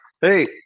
Hey